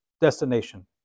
destination